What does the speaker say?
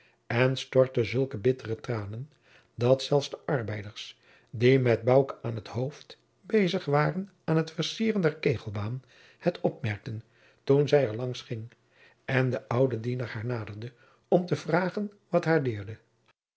en stortte zulke bittere tranen dat zelfs de arbeiders die met bouke aan t hoofd bezig waren aan t vercieren der kegelbaan het opmerkten toen zij er langs ging en de oude dienaar haar naderde om te vragen wat haar deerde